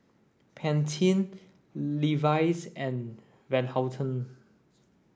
Pantene Levi's and Van Houten